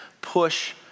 push